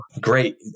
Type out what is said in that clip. Great